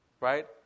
right